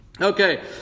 okay